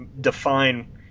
define –